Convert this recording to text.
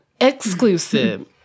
Exclusive